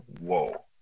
whoa